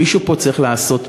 מישהו פה צריך לעשות משהו.